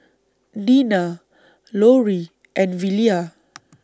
Dena Loree and Velia